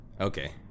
Okay